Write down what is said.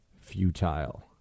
futile